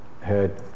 heard